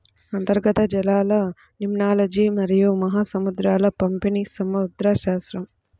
అంతర్గత జలాలలిమ్నాలజీమరియు మహాసముద్రాల పంపిణీసముద్రశాస్త్రం